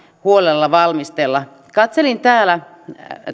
huolella valmistella katselin täällä